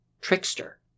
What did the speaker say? trickster